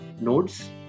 nodes